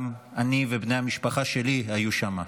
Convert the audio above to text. גם אני ובני המשפחה שלי היינו שם,